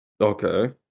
Okay